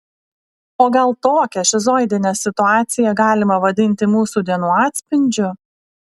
o gal tokią šizoidinę situaciją galima vadinti mūsų dienų atspindžiu